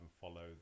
follow